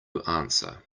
answer